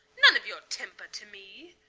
none of your temper to me.